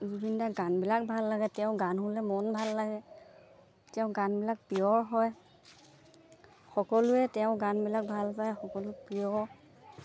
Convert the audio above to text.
জবিন দাৰ গানবিলাক ভাল লাগে তেওঁ গান শুনিলে মন ভাল লাগে তেওঁ গানবিলাক পিয়ৰ হয় সকলোৱে তেওঁ গানবিলাক ভাল পায় সকলো প্ৰিয়